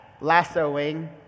lassoing